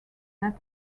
that